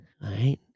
right